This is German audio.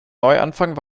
neuanfang